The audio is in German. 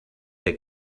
der